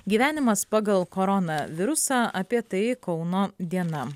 gyvenimas pagal koronavirusą apie tai kauno diena